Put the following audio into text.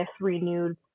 renewed